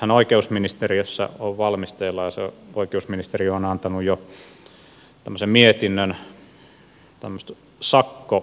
nythän oikeusministeriössä on valmisteilla ja oikeusministeriö on antanut jo mietinnön tämmöisestä sakkopalvelusta